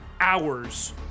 hours